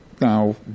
Now